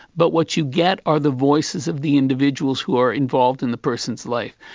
but what you get are the voices of the individuals who are involved in the person's life.